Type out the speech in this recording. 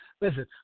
Listen